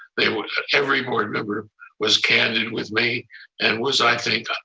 they would, every board member was candid with me and was i think,